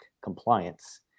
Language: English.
compliance